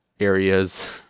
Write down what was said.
areas